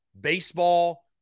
baseball